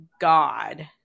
god